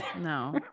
No